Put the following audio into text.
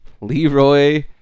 Leroy